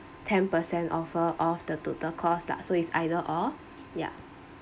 ten percent offer of the total cost lah so it's either or ya